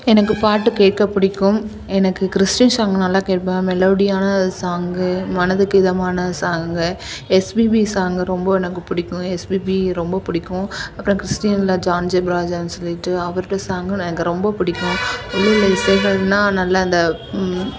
எனக்கு பாட்டு கேட்க பிடிக்கும் எனக்கு கிறிஸ்ட்டின் சாங் நல்லா கேட்பேன் மெலோடியான சாங்கு மனதுக்கு இதமான சாங்கு எஸ்பிபி சாங்கு ரொம்ப எனக்கு பிடிக்கும் எஸ்பிபி ரொம்ப பிடிக்கும் அப்புறம் கிறிஸ்டினில் ஜான் ஜிப்ராஜின் சொல்லிட்டு அவரோடய சாங்கும் எனக்கு ரொம்ப பிடிக்கும் நல்லா இந்த